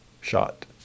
shot